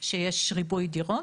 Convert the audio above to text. שיש ריבוי דירות?